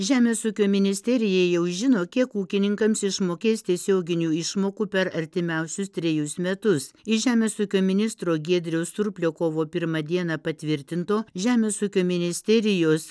žemės ūkio ministerijai jau žino kiek ūkininkams išmokės tiesioginių išmokų per artimiausius trejus metus iš žemės ūkio ministro giedriaus surplio kovo pirmą dieną patvirtinto žemės ūkio ministerijos